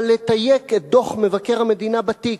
אלא לתייק את דוח מבקר המדינה בתיק.